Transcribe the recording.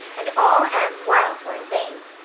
and all anne's wiles were in vain.